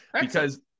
Because-